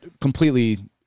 completely